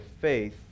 faith